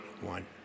one